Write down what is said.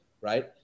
right